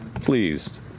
Pleased